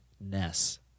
ness